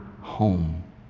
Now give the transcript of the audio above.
home